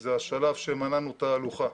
זה השלב שמנענו תהלוכה.